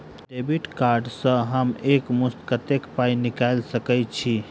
Debit card सँ हम एक मुस्त कत्तेक पाई निकाल सकय छी?